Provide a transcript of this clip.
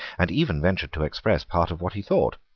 and even ventured to express part of what he thought.